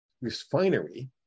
refinery